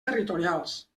territorials